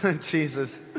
Jesus